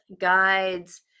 guides